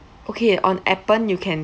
okay on appen you can